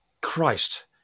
Christ